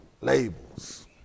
Labels